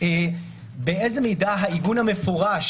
באיזו מידה העיגון המפורש